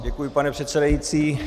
Děkuji, pane předsedající.